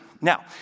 Now